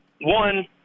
one